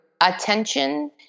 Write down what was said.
attention